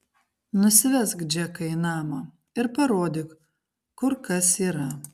nusivesk džeką į namą ir parodyk kur kas yra